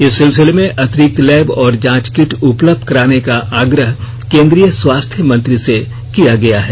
इस सिलसिले में अतिरिक्त लैब और जांच किट उपलब्ध कराने का आग्रह केंद्रीय स्वास्थ्य मंत्री से किया गया है